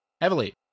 heavily